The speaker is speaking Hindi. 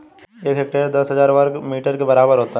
एक हेक्टेयर दस हजार वर्ग मीटर के बराबर होता है